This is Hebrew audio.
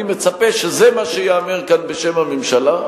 אני מצפה שזה מה שייאמר כאן בשם הממשלה,